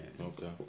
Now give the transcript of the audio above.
Okay